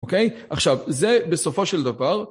אוקיי עכשיו זה בסופו של דבר